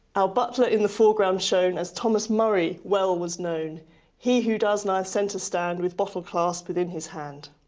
our butler in the foreground shown as thomas murray well was known he who does nigh the centre stand, with bottle clasp't within his hand.